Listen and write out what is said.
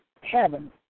Heaven